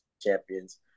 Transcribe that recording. champions